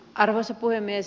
arvoisa puhemies